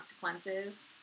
consequences